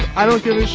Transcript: i think